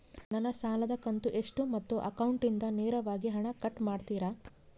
ನನ್ನ ಸಾಲದ ಕಂತು ಎಷ್ಟು ಮತ್ತು ಅಕೌಂಟಿಂದ ನೇರವಾಗಿ ಹಣ ಕಟ್ ಮಾಡ್ತಿರಾ?